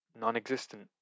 non-existent